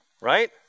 Right